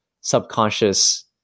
subconscious